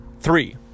Three